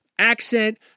Accent